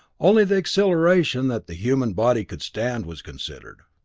only the acceleration that the human body could stand was considered.